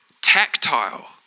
tactile